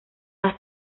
las